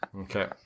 Okay